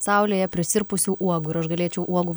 saulėje prisirpusių uogų ir aš galėčiau uogų